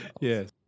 yes